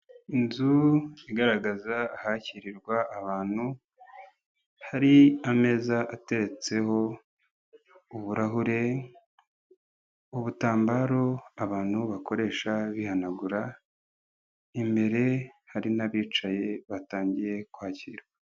Inzu igaragaza ahakiririrwa ahantu, hari ameza ateretseho uburahure, ubutambaro abantu bakoresha bihanagura, imbere hari n'abicaye batangiye kwakira.